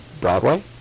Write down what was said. Broadway